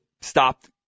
stopped